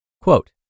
Quote